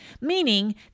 meaning